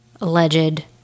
alleged